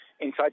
inside